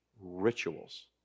rituals